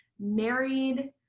married